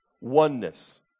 oneness